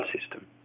system